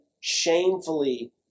shamefully